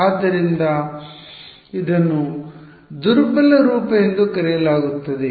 ಆದ್ದರಿಂದ ಇದನ್ನು ದುರ್ಬಲ ರೂಪ ಎಂದು ಕರೆಯಲಾಗುತ್ತದೆ